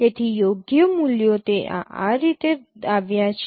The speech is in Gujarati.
તેથી યોગ્ય મૂલ્યો તે આ આ રીતે આવ્યા છે